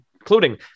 including